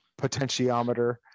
potentiometer